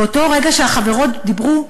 באותו רגע שהחברות דיברו,